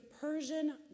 Persian